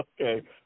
Okay